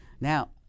now